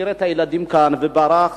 השאיר את הילדים כאן וברח,